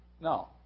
no